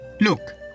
Look